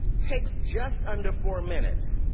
takes just under four minutes.